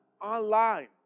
online